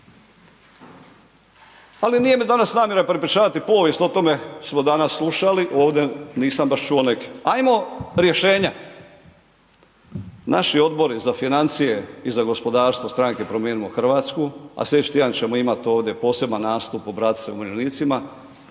Ali nije mi danas namjera prepričavati povijest, o tome smo danas slušali ovdje nisam baš čuo neke, ajmo rješenja. Naši Odbori za financije i za gospodarstvo stranke Promijenimo Hrvatsku a sljedeći tjedan ćemo imati ovdje poseban nastup, obratiti se umirovljenicima,